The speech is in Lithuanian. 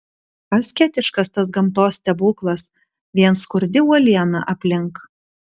asketiškas tas gamtos stebuklas vien skurdi uoliena aplink